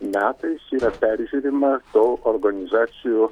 metais yra peržiūrima tų organizacijų